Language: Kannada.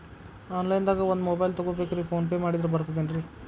ಆನ್ಲೈನ್ ದಾಗ ಒಂದ್ ಮೊಬೈಲ್ ತಗೋಬೇಕ್ರಿ ಫೋನ್ ಪೇ ಮಾಡಿದ್ರ ಬರ್ತಾದೇನ್ರಿ?